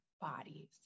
bodies